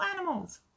animals